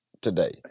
today